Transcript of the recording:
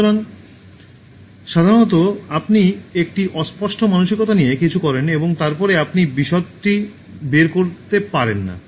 সুতরাং সাধারণত আপনি একটি অস্পষ্ট মানসিকতা নিয়ে কিছু করেন এবং তারপরে আপনি বিশদটি বের করতে পারেন না